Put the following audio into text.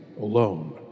alone